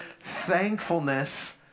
thankfulness